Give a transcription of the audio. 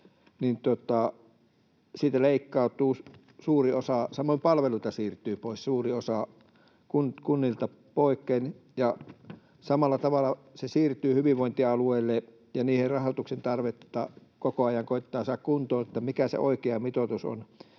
siitä leikkautuu suuri osa, samoin palveluista siirtyy suuri osa pois kunnilta, ja samalla tavalla ne siirtyvät hyvinvointialueille. Niiden rahoituksen tarvetta koko ajan koetetaan saada kuntoon, mikä se oikea mitoitus on.